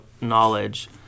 knowledge